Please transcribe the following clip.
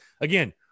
again